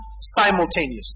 simultaneously